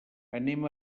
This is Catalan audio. anem